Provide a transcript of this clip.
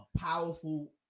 powerful